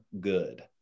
good